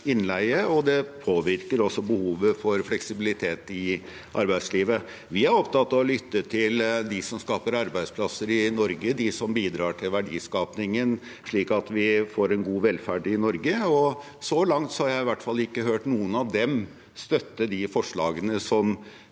og det påvirker også behovet for fleksibilitet i arbeidslivet. Vi er opptatt av å lytte til dem som skaper arbeidsplasser i Norge, de som bidrar til verdiskapingen, slik at vi får en god velferd i Norge. Så langt har i hvert fall ikke jeg hørt noen av dem støtte de forslagene som